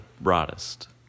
broadest